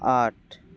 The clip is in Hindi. आठ